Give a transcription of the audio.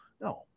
no